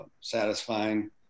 satisfying